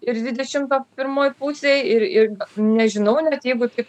ir dvidešimto pirmoj pusėj ir ir nežinau net jeigu taip